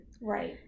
Right